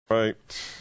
Right